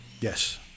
Yes